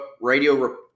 Radio